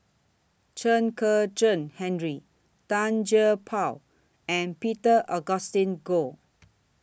Chen Kezhan Henri Tan Gee Paw and Peter Augustine Goh